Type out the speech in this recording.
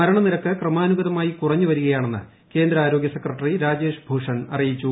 മരണനിരക്ക് ക്രമാനുഗതമായി ക്കുറഞ്ഞുവരികയാണെന്ന് കേന്ദ്ര ആരോഗ്യ സെക്രട്ടറി രാജേഷ് ഭൂഷൺ അറിയിച്ചു